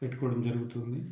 పెట్టుకోవడం జరుగుతుంది